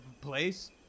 place